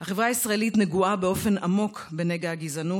החברה הישראלית נגועה באופן עמוק בנגע הגזענות.